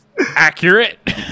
accurate